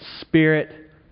Spirit